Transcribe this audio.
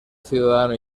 ciudadano